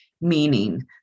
meaning